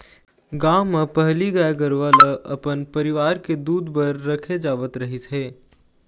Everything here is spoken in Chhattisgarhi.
गाँव म पहिली गाय गरूवा ल अपन परिवार के दूद बर राखे जावत रहिस हे